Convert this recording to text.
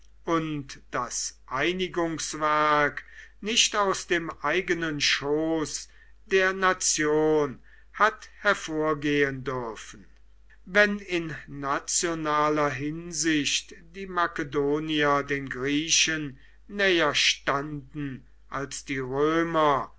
und das einigungswerk nicht aus dem eigenen schoß der nation hat hervorgehen dürfen wenn in nationaler hinsicht die makedonier den griechen näher standen als die römer